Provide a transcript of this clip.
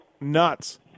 Nuts